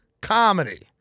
Comedy